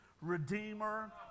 Redeemer